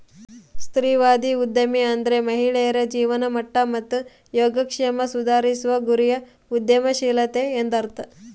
ಸ್ತ್ರೀವಾದಿ ಉದ್ಯಮಿ ಅಂದ್ರೆ ಮಹಿಳೆಯರ ಜೀವನಮಟ್ಟ ಮತ್ತು ಯೋಗಕ್ಷೇಮ ಸುಧಾರಿಸುವ ಗುರಿಯ ಉದ್ಯಮಶೀಲತೆ ಎಂದರ್ಥ ಆಗ್ಯಾದ